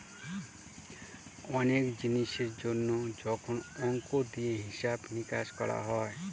অনেক জিনিসের জন্য যখন অংক দিয়ে হিসাব নিকাশ করা হয়